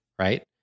Right